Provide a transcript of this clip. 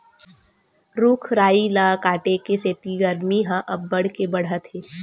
रूख राई ल काटे के सेती गरमी ह अब्बड़ के बाड़हत हे